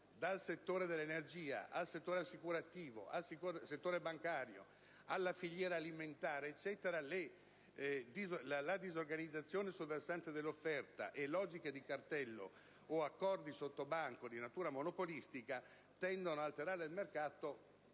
(dal settore dell'energia a quello assicurativo, dal settore bancario alla filiera alimentare, e così via) la disorganizzazione sul versante dell'offerta e logiche di cartello o accordi sottobanco di natura monopolistica tendono ad alterare il mercato